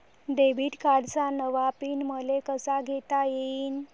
Debit कार्डचा नवा pin मले कसा घेता येईन?